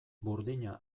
burdina